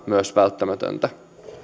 myös välttämätöntä hyvät